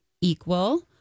equal